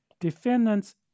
defendants